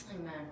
Amen